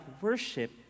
worship